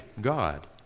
God